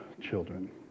children